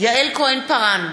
יעל כהן-פארן,